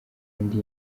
ndi